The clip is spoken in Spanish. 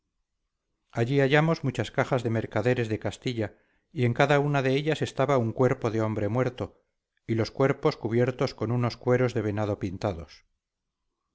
allí hallamos muchas cajas de mercaderes de castilla y en cada una de ellas estaba un cuerpo de hombre muerto y los cuerpos cubiertos con unos cueros de venado pintados